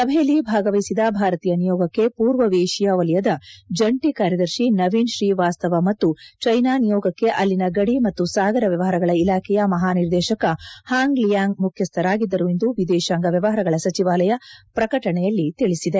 ಸಭೆಯಲ್ಲಿ ಭಾಗವಹಿಸಿದ ಭಾರತೀಯ ನಿಯೋಗಕ್ಕೆ ಪೂರ್ವ ಏಷ್ಯಾ ವಲಯದ ಜಂಟಿ ಕಾರ್ಯದರ್ಶಿ ನವೀನ್ ಶ್ರೀ ವಾಸ್ತವ ಮತ್ತು ಚೈನಾ ನಿಯೋಗಕ್ಕೆ ಅಲ್ಲಿನ ಗದಿ ಮತ್ತು ಸಾಗರ ವ್ಯವಹಾರಗಳ ಇಲಾಖೆಯ ಮಹಾ ನಿರ್ದೇಶಕ ಹಾಂಗ್ ಲಿಯಾಂಗ್ ಮುಖ್ಯಸ್ಥರಾಗಿದ್ದರು ಎಂದು ವಿದೇಶಾಂಗ ವ್ಯವಹಾರಗಳ ಸಚಿವಾಲಯ ಪ್ರಕಟಣೆಯಲ್ಲಿ ತಿಳಿಸಿದೆ